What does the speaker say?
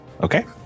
Okay